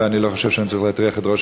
ואני לא חושב שאני צריך להטריח את ראש